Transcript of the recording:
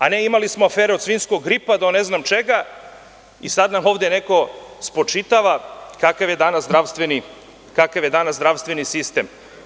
Imali smo afere od „svinjskog gripa“, pa do ne znam čega, a sada nam ovde neko spočitava kakav je danas zdravstveni sistem.